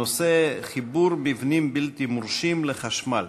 הנושא: חיבור מבנים בלתי מורשים לחשמל.